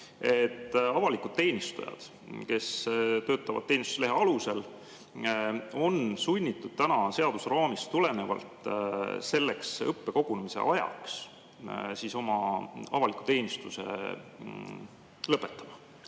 et avalikud teenistujad, kes töötavad teenistuslehe alusel, on sunnitud täna seadusraamist tulenevalt õppekogunemise ajaks oma avaliku teenistuse lõpetama.